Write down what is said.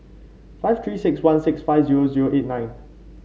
five Three six one six five zero zero eight nine